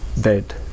dead